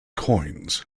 coins